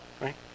right